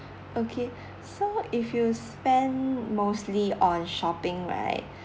okay so if you spend mostly on shopping right